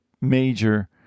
major